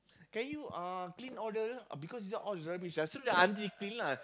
can you uh clean all the because all these is rubbish ah so the auntie clean lah